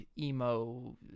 emo